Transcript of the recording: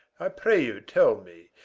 i pray you tell me,